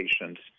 patients